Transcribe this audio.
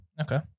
Okay